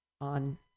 on